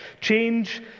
Change